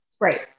Right